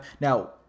Now